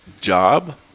job